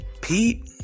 Pete